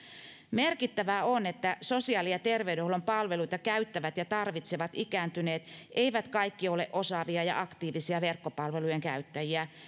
merkittävää on että sosiaali ja terveydenhuollon palveluita käyttävät ja tarvitsevat ikääntyneet eivät kaikki ole osaavia ja aktiivisia verkkopalvelujen käyttäjiä